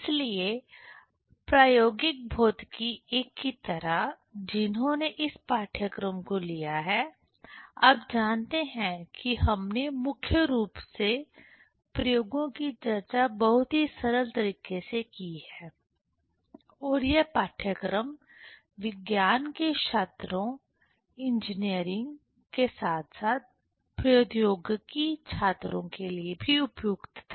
इसलिए प्रायोगिक भौतिकी I की तरह जिन्होंने इस पाठ्यक्रम को लिया है आप जानते हैं कि हमने मुख्य रूप से प्रयोगों की चर्चा बहुत ही सरल तरीके से की है और यह पाठ्यक्रम विज्ञान के छात्रों इंजीनियरिंग के साथ साथ प्रौद्योगिकी छात्रों के लिए भी उपयुक्त था